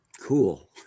cool